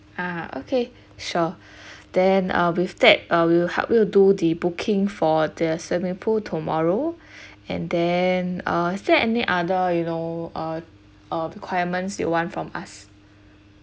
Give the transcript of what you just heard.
ah okay sure then uh with that uh will help will do the booking for the swimming pool tomorrow and then uh is there any other you know uh uh requirements you want from us